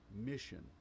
mission